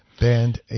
Banned